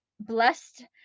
blessed